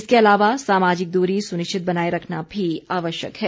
इसके अलावा सामाजिक दूरी सुनिश्चित बनाये रखना भी आवश्यक है